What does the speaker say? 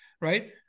right